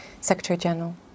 Secretary-General